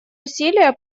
усилия